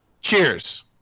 Cheers